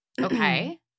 Okay